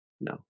no